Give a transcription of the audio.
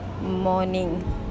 morning